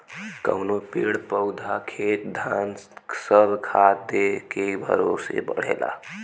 कउनो पेड़ पउधा खेत धान सब खादे के भरोसे बढ़ला